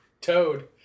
Toad